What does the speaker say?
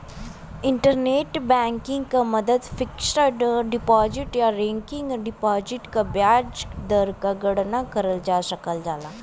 internet banking क मदद fixed deposit या रेकरिंग डिपाजिट क ब्याज दर क गणना करल जा सकल जाला